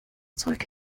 zeug